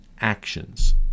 actions